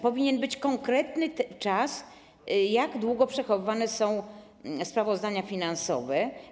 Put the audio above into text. Powinien być wskazany konkretny czas, jak długo przechowywane są sprawozdania finansowe.